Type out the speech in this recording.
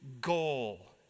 goal